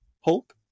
Hulk